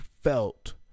felt